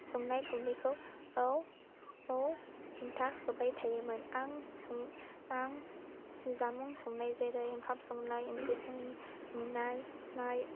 संनाय खावनायखौ हेंथा होबाय थायोमोन आं आं जामुं संनाय जेरै ओंखाम संनाय ओंख्रि संनाय